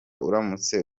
uramutse